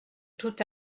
tout